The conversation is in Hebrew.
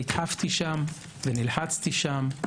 נדחפתי ונלחצתי שם.